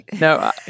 No